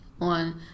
on